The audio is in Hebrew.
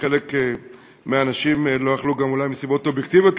וחלק מהאנשים לא יכלו להגיע אולי גם מסיבות אובייקטיביות,